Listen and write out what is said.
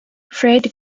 fred